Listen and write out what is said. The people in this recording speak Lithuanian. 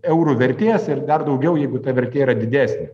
eurų vertės ir dar daugiau jeigu ta vertė yra didesnė